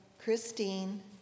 Christine